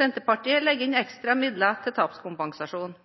Senterpartiet legger inn ekstra midler til tapskompensasjon.